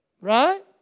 right